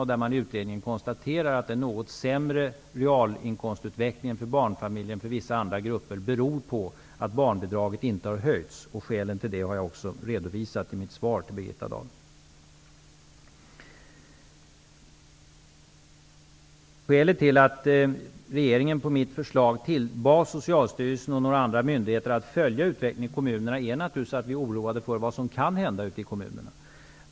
Man konstaterar i utredningen att den något sämre realinkomstutvecklingen för barnfamiljer än för vissa andra grupper beror på att barnbidraget inte har höjts. Skälen till det har jag också redovisat i mitt svar till Birgitta Dahl. Skälet till att regeringen på mitt förslag bad Socialstyrelsen och några andra myndigheter att följa utvecklingen i kommunerna är naturligtvis att vi är oroade för vad som kan hända ute i kommunerna.